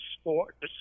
sport